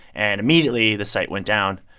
and immediately, the site went down.